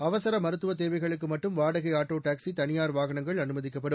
அவசர மருத்துவ தேவைகளுக்கு மட்டும் வாடகை ஆட்டோ டாக்சி தனியார் வாகனங்கள் அனுமதிக்கப்படும்